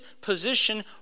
position